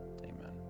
Amen